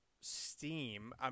Steam